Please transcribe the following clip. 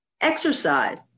Exercise